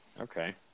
Okay